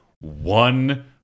one